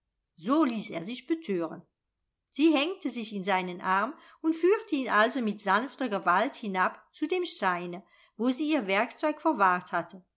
so ließ er sich betören sie hängte sich in seinen arm und führte ihn also mit sanfter gewalt hinab zu dem steine wo sie ihr werkzeug verwahrt hatte